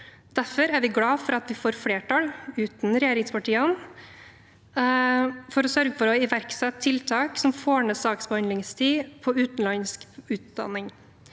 Derfor er vi glad for at vi får flertall, uten regjeringspartiene, for å sørge for å iverksette tiltak som får ned saksbehandlingstiden på utenlandsk utdanning.